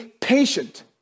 patient